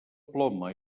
ploma